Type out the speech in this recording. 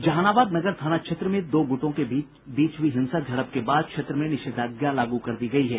जहानाबाद नगर थाना क्षेत्र में दो गुटों के बीच हुई हिंसक झड़प के बाद क्षेत्र में निषेधाज्ञा लागू कर दी गयी है